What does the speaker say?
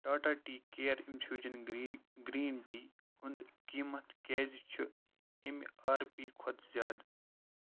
Tata tea care infusion green tea ہُنٛد قٕمَت کیٛازِ چھ ایٚم آر پی کھۄتہٕ زیادٕ